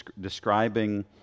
describing